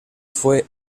fue